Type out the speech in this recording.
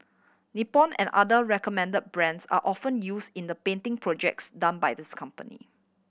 Nippon and other recommend brands are often use in the painting projects done by this company